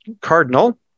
Cardinal